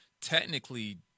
technically